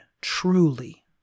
truly